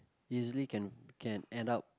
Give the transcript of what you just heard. easily can can add up